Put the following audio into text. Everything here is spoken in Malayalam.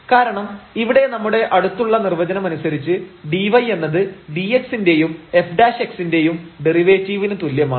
കാരണം ഇവിടെ നമ്മുടെ അടുത്തുള്ള നിർവചനമനുസരിച്ച് dy എന്നത് dx ന്റെയും f ന്റെയും ഡെറിവേറ്റീവിന് തുല്യമാണ്